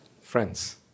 friends